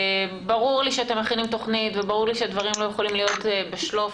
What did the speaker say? ברור לי שאתם מכינים תוכנית וברור לי שהדברים לא יכולים להיות ב"שלוף",